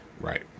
Right